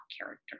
character